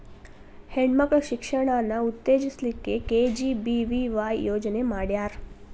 ಹೆಣ್ ಮಕ್ಳ ಶಿಕ್ಷಣಾನ ಉತ್ತೆಜಸ್ ಲಿಕ್ಕೆ ಕೆ.ಜಿ.ಬಿ.ವಿ.ವಾಯ್ ಯೋಜನೆ ಮಾಡ್ಯಾರ್